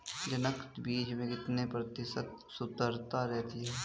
जनक बीज में कितने प्रतिशत शुद्धता रहती है?